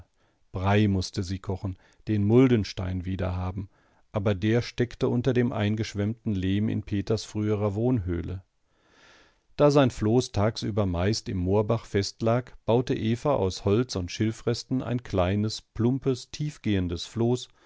brei mußte sie kochen den muldenstein wiederhaben aber der steckte unter dem eingeschwemmten lehm in peters früherer wohnhöhle da sein floß tagsüber meist im moorbach festlag baute eva aus holz und schilfresten ein kleines plumpes tiefgehendes floß